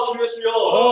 Jesus